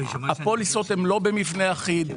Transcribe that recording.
הפוליסות הן לא במבנה אחיד,